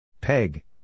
Peg